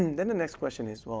then the next question is,